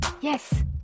Yes